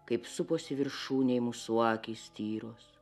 kaip suposi viršūnėj mūsų akys tyros